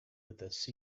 with